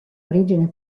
origine